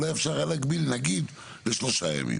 אולי אפשר היה להגביל ל-3 ימים